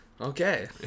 Okay